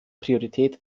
priorität